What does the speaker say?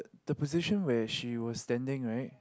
the position where she was standing right